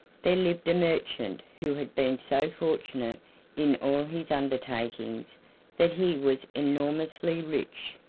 there lived a merchant who had been so fortunate in all his undertakings that he was enormously rich.